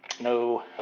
no